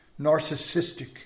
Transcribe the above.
narcissistic